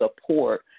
support